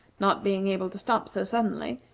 not being able to stop so suddenly,